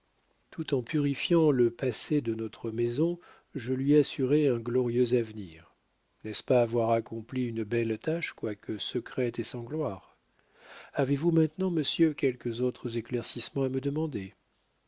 tout en purifiant le passé de notre maison je lui assurais un glorieux avenir n'est-ce pas avoir accompli une belle tâche quoique secrète et sans gloire avez-vous maintenant monsieur quelques autres éclaircissements à me demander